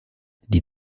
die